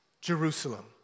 Jerusalem